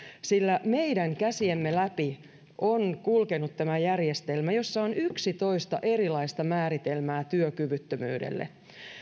sillä meidän käsiemme läpi on kulkenut tämä järjestelmä jossa on yksitoista erilaista määritelmää työkyvyttömyydelle